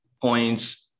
points